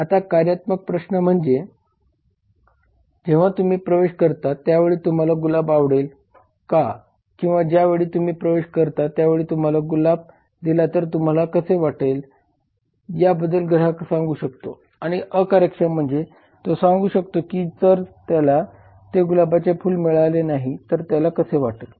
आता कार्यात्मक प्रश्न म्हणजे जेव्हा तुम्ही प्रवेश करता त्यावेळी तुम्हाला गुलाब आवडेल का किंवा ज्या वेळी तुम्ही प्रवेश करता त्यावेळी तुम्हाला गुलाब दिला तर तुम्हाला कसे वाटेल या बद्दल ग्राहक सांगू शकतो आणि अकार्यक्षमता म्हणजे तो सांगू शकतो की जर त्याला ते गुलाबाचे फुल मिळाले नाही तर त्याला कसे वाटेल